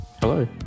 Hello